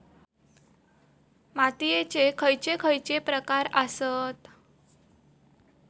मातीयेचे खैचे खैचे प्रकार आसत?